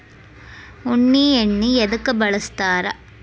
ಉಣ್ಣಿ ಎಣ್ಣಿ ಎದ್ಕ ಬಳಸ್ತಾರ್?